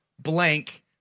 blank